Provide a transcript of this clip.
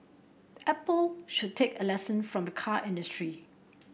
apple should take a lesson from the car industry